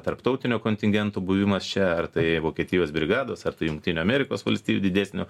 tarptautinio kontingento buvimas čia ar tai vokietijos brigados ar tai jungtinių amerikos valstijų didesnio